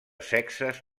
sexes